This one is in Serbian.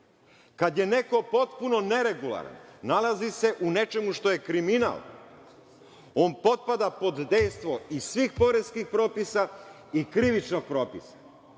Kada je neko potpuno neregularan, nalazi se u nečemu što je kriminal, on potpada pod dejstvo i svih poreskih propisa i krivičnog propisa,